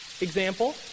example